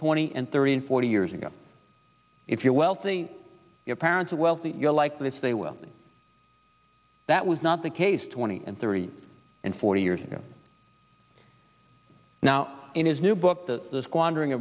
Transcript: twenty and thirty and forty years ago if you're wealthy your parents are wealthy and you're like this they will think that was not the case twenty and thirty and forty years ago now in his new book the the squandering